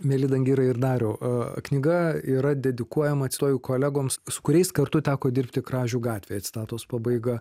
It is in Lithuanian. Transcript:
mieli dangirai ir dariau knyga yra dedikuojama cituoju kolegoms su kuriais kartu teko dirbti kražių gatvėje citatos pabaiga